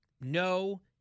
No